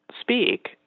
speak